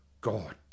God